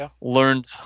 learned